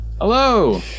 Hello